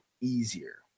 easier